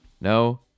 no